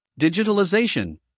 digitalization